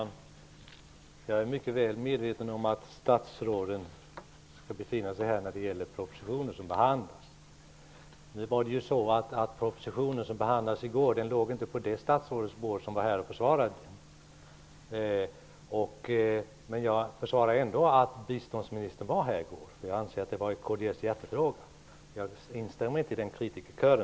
Herr talman! Jag är väl medveten om att statsråden skall befinna sig här när vi behandlar propositioner. Den proposition som behandlades i går låg inte på det statsrådets bord som var här och försvarade den. Men jag försvarade ändå att biståndsministern var här i går eftersom jag anser att det var en hjärtefråga för kds. Jag instämmer inte i gårdagens kritikerkör.